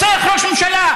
רוצח ראש ממשלה,